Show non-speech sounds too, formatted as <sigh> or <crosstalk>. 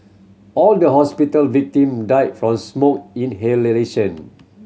all the hospital victim died from smoke <unintelligible>